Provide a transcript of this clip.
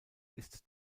ist